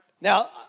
Now